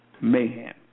Mayhem